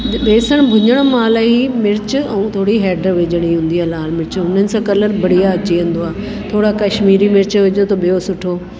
बेसणु भुञणु महिल ई मिर्च ऐं थोरी हैड विझणी हूंदी आहे लाल मिर्च हुननि सां ई कलर बढ़िया अची वेंदो आहे थोरा कशिमीरी मिर्च विझो त ॿियों सुठो